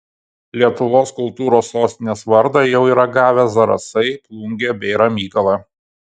lietuvos kultūros sostinės vardą jau yra gavę zarasai plungė bei ramygala